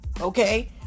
okay